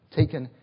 taken